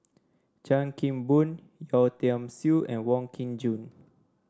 Chan Kim Boon Yeo Tiam Siew and Wong Kin Jong